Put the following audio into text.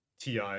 TI